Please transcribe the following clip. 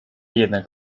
jednak